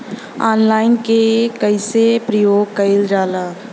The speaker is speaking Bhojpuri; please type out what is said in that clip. ऑनलाइन के कइसे प्रयोग कइल जाला?